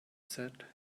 said